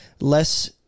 less